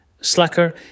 Slacker